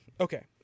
Okay